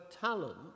talent